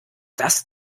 das